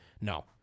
No